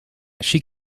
she